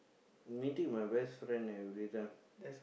meeting my best friend everytime